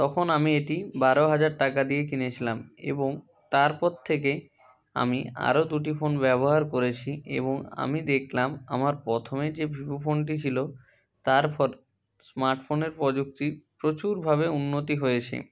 তখন আমি এটি বারো হাজার টাকা দিয়ে কিনেছিলাম এবং তারপর থেকে আমি আরও দুটি ফোন ব্যবহার করেছি এবং আমি দেখলাম আমার প্রথমের যে ভিভো ফোনটি ছিলো তার পর স্মার্ট ফোনের প্রযুক্তি প্রচুরভাবে উন্নতি হয়েছে